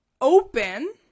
open